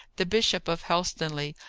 the bishop of helstonleigh,